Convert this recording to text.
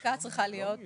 החקיקה צריכה להיות